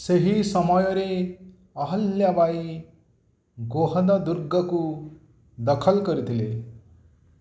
ସେହି ସମୟରେ ଅହଲ୍ୟା ବାଈ ଗୋହନ ଦୁର୍ଗକୁ ଦଖଲ କରିଥିଲେ